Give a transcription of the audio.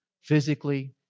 physically